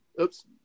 oops